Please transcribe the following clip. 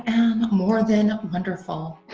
am more than wonderful.